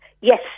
Yes